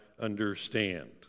understand